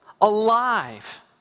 alive